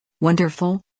wonderful